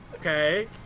Okay